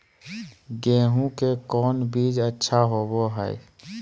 गेंहू के कौन बीज अच्छा होबो हाय?